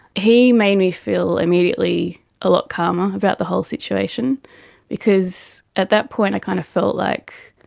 he made me feel immediately a lot calmer about the whole situation because at that point i kind of felt like